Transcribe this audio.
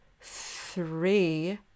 three